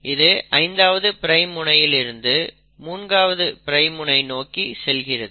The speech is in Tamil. இது 5ஆவது பிரைம் முனையிலிருந்து 3ஆவது பிரைம் முனை நோக்கி செல்கிறது